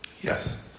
Yes